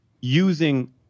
using